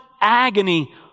agony